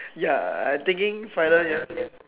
ya I taking final year